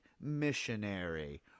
Missionary